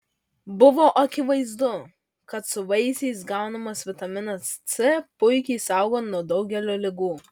buvo akivaizdu kad su vaisiais gaunamas vitaminas c puikiai saugo nuo daugelio ligų